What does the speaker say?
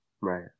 right